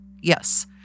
Yes